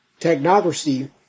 technocracy